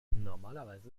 normalerweise